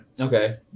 Okay